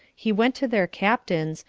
he went to their captains,